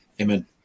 amen